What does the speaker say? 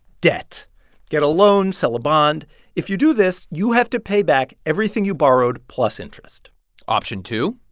debt get a loan sell a bond. if you do this, you have to pay back everything you borrowed plus interest option two,